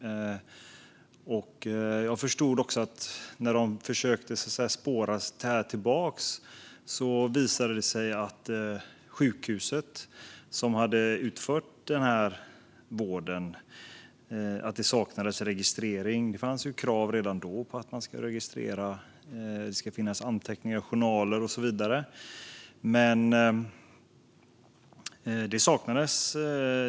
Jag förstod också att när de försökte spåra sig tillbaka visade det sig att sjukhuset som hade utfört denna vård saknade registrering. Det fanns krav redan då på att detta ska registreras - att det ska finnas anteckningar, journaler och så vidare. Men det saknades.